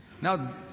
Now